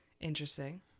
Interesting